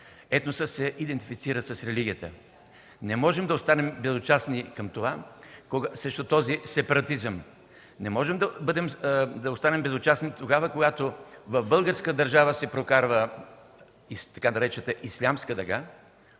етносът се идентифицира с религията. Не можем да останем безучастни към това, към този сепаратизъм, не можем да останем безучастни тогава, когато в българска държава се прокарва така наречената „ислямска дъга”,